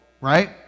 right